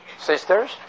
Sisters